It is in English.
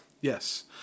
Yes